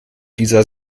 dieser